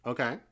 Okay